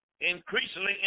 increasingly